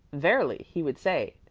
verily, he would say,